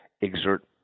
exert